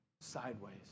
sideways